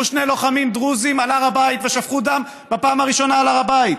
שני לוחמים דרוזים על הר הבית ושפכו דם בפעם הראשונה על הר הבית.